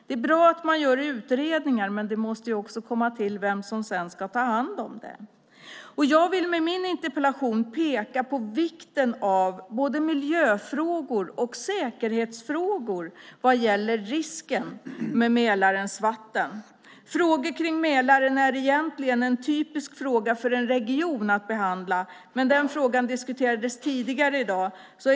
Det är bra att man gör utredningar, men det måste också komma fram vem som sedan ska ta hand om det. Jag vill med min interpellation peka på vikten av både miljöfrågor och säkerhetsfrågor vad gäller risken med Mälarens vatten. Frågor kring Mälaren är egentligen en typisk fråga för en region att behandla, men den frågan diskuterades tidigare i dag.